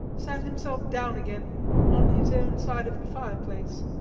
sat himself down again on his own side of the fireplace.